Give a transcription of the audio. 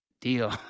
Deal